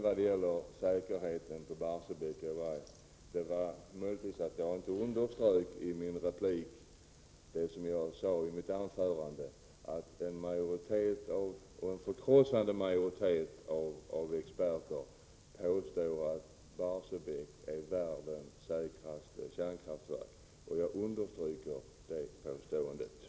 Vad gäller säkerheten i Barsebäcksverket vill jag nu understryka att en förkrossande majoritet av experter påstår att Barsebäcksverket är världens säkraste kärnkraftverk.